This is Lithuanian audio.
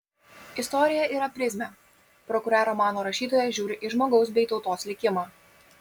istorija yra prizmė pro kurią romano rašytojas žiūri į žmogaus bei tautos likimą